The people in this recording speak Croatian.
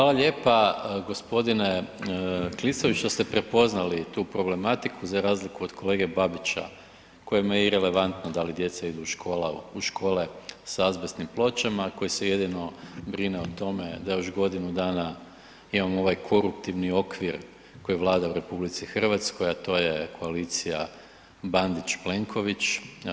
Hvala lijepa gospodine Klisović što ste prepoznali tu problematiku za razliku od kolege Babića kojima je irelevantno da li djeca idu u škole sa azbestnim pločama, koji se jedino brine o tome da još godinu dana imamo ovaj koruptivni okvir koji vlada u RH, a to je koalicija Bandić-Plenković.